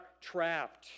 trapped